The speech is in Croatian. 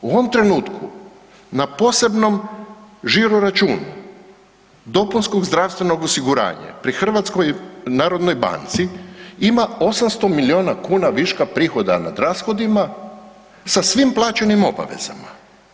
U ovom trenutku na posebnom žiro računu dopunskog zdravstvenog osiguranja pri Hrvatskoj narodnoj banci ima 800 milijuna kuna viška prihoda nad rashodima sa svim plaćenim obavezama.